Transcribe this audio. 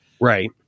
Right